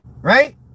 Right